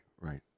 Right